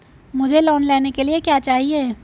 मुझे लोन लेने के लिए क्या चाहिए?